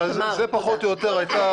אז זו פחות או יותר הייתה ההערכה.